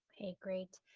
okay, great.